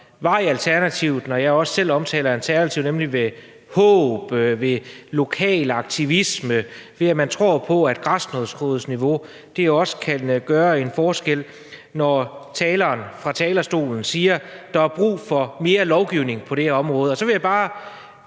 var i Alternativet. Når jeg selv omtaler Alternativet, er det ved håb, ved lokal aktivisme, og ved, at man tror på, at man på græsrodsniveau også kan gøre en forskel. Når taleren fra talerstolen siger, at der er brug for mere lovgivning på det her område, vil jeg bare